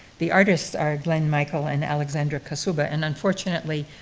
the artists are glen michaels and aleksandra kasuba, and unfortunately,